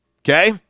Okay